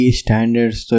standards